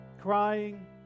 crying